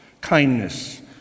kindness